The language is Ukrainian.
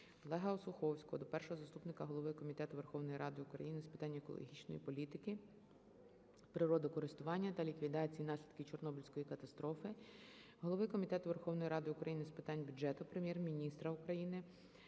Олега Осуховського до першого заступника голови Комітету Верховної Ради України з питань екологічної політики, природокористування та ліквідації наслідків Чорнобильської катастрофи, голови Комітету Верховної Ради України з питань бюджету, Прем'єр-міністра України,